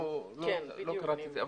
לא קראתי את זה,